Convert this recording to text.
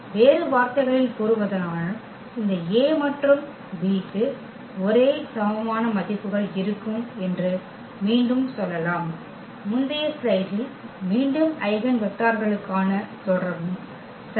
வேறு வார்த்தைகளில் கூறுவதானால் இந்த A மற்றும் B க்கு ஒரே சமமான மதிப்புகள் இருக்கும் என்று மீண்டும் சொல்லலாம் முந்தைய ஸ்லைடில் மீண்டும் ஐகென் வெக்டர்களுக்கான தொடர்பும் சரி